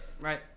Right